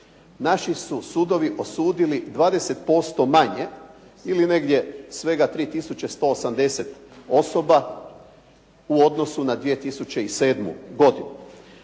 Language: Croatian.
naši su sudovi osudili 20% manje ili negdje 3 tisuće 180 osoba u odnosu na 2007. godinu,